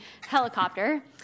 helicopter